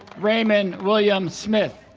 raymond william smith